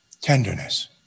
tenderness